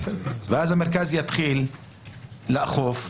ואז המרכז יתחיל לאכוף,